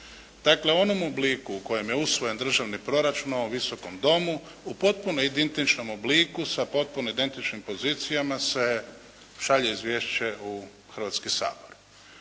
Dakle, u onom obliku u kojem je usvojen državni proračun u ovom Visokom domu u potpuno identičnom obliku sa potpuno identičnim pozicijama se šalje izvješće u Hrvatski sabor.